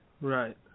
Right